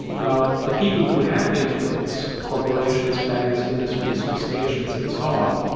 now, the people who have influence, corporations, banks, industry associations and so on,